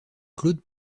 claude